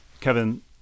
Kevin